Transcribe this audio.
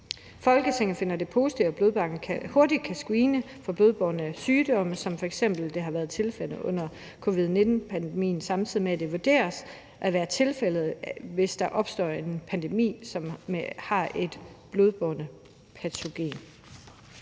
Folketinget finder det positivt, at blodbankerne hurtigt kan screene for blodbårne sygdomme, som det eksempelvis var tilfældet under covid-19-pandemien, og at det samme vurderes at være tilfældet, hvis der opstår en pandemi med et blodbårent patogen.«